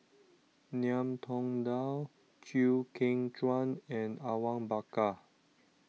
Ngiam Tong Dow Chew Kheng Chuan and Awang Bakar